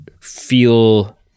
feel